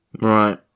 Right